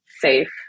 safe